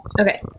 Okay